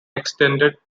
extended